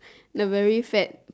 the very fat